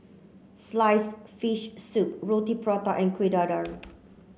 sliced fish soup Roti Prata and Kuih Dadar